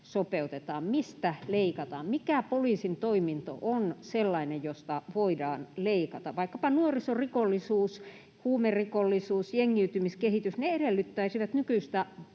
mistä leikataan, mikä poliisin toiminto on sellainen, josta voidaan leikata. Vaikkapa nuorisorikollisuus, huumerikollisuus ja jengiytymiskehitys edellyttäisivät nykyistä selvästi